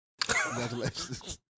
Congratulations